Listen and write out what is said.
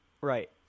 right